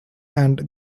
and